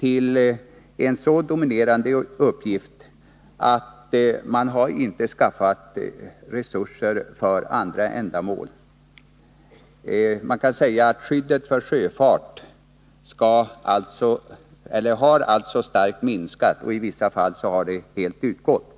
som en så dominerande uppgift att man inte haft resurser för andra ändamål. Man kan säga att skyddet för sjöfart har minskat starkt och i vissa fall helt utgått.